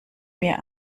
mir